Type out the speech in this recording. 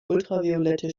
ultraviolette